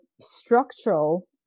structural